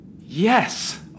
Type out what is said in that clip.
Yes